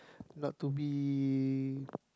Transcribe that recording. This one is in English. not to be